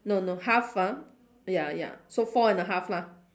no no half ah ya ya so four and a half lah